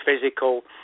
physical